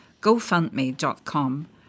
gofundme.com